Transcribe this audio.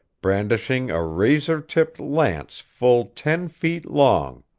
brandishing a razor-tipped lance full ten feet long.